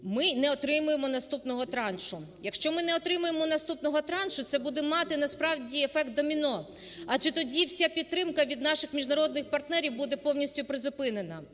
ми не отримаємо наступного траншу. Якщо ми не отримаємо наступного траншу, це буде мати насправді ефект доміно, адже тоді вся підтримка від наших міжнародних партнерів буде повністю призупинена.